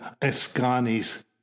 escanes